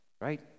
right